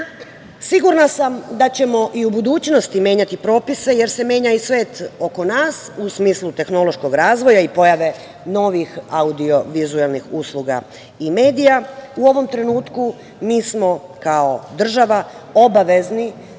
sam da ćemo i u budućnosti menjati propise jer se menja i svet oko nas, u smislu tehnološkog razvoja i pojave novih audio-vizuelnih usluga i medija. U ovom trenutku mi smo kao država obavezni